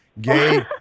gay